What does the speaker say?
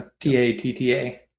t-a-t-t-a